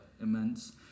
immense